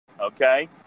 Okay